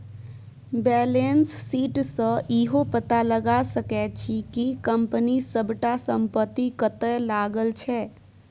balance sheet सँ इहो पता लगा सकै छी कि कंपनी सबटा संपत्ति कतय लागल छै